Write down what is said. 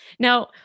Now